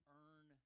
earn